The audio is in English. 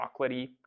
chocolatey